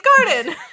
garden